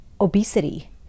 obesity